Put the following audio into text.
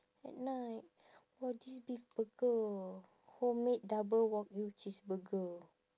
at night !wah! this beef burger homemade double wagyu cheeseburger